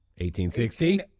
1860